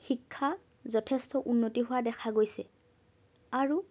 শিক্ষা যথেষ্ট উন্নতি হোৱা দেখা গৈছে আৰু